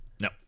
No